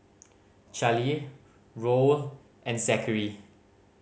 Charlie Roll and Zachary